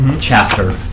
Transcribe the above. chapter